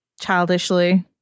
childishly